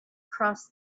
crossed